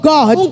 God